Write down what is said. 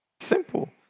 Simple